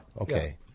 Okay